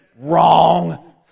wrong